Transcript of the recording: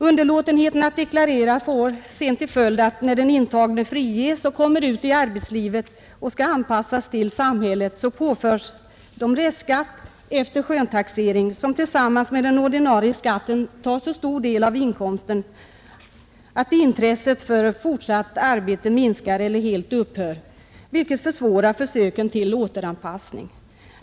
Underlåtenheten att deklarera får till följd att när den intagne friges och kommer ut i arbetslivet och skall anpassas till samhället påförs vederbörande restskatt efter skönstaxering som tillsammans med den ordinarie skatten tar så stor del av inkomsten att intresset för fortsatt arbete minskar eller helt upphör, vilket försvårar försöken till återanpassning.